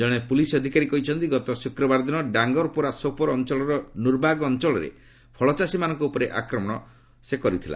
ଜଣେ ପ୍ରଲିସ୍ ଅଧିକାରୀ କହିଛନ୍ତି ଗତ ଶ୍ରକ୍ରବାର ଦିନ ଡାଙ୍ଗରପୋରା ସୋପର ଅଞ୍ଚଳର ନୂରବାଗ ଅଞ୍ଚଳରେ ଫଳଚାଷୀମାନଙ୍କ ଉପରେ ଆକ୍ରମଣ କରିଥିଲା